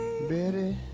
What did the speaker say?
Betty